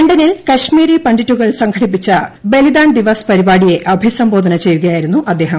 ലണ്ടനിൽ കശ്മീരി പണ്ഡിറ്റുകൾ സംഘടിപ്പിച്ച ബലിദാൻ ദിവസ് പരിപാടിയെ അഭിസംബോധന ചെയ്യുകയായിരുന്നു അദ്ദേഹം